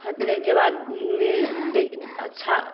फटने के बाद अच्छा